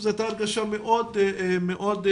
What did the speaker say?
זו הייתה הרגשה מאוד קשה,